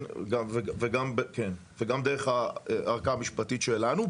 כן, וגם דרך הערכאה המשפטית שלנו.